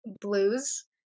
blues